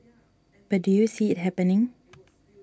but do you see it happening